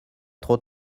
trop